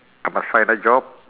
I must find a job